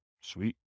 Sweet